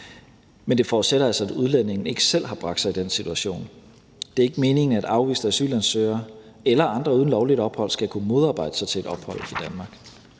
Men det forudsætter altså, at udlændingen ikke selv har bragt sig i den situation. Det er ikke meningen, at afviste asylansøgere eller andre uden lovligt ophold skal kunne modarbejde sig til et ophold i Danmark.